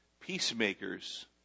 Peacemakers